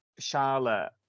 charlotte